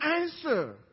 answer